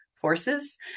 forces